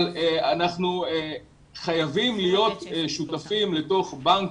אבל אנחנו חייבים להיות שותפים בתוך בנק